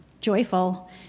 joyful